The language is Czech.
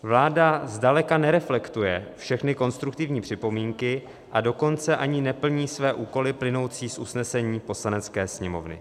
Vláda zdaleka nereflektuje všechny konstruktivní připomínky, a dokonce ani neplní své úkoly plynoucí z usnesení Poslanecké sněmovny.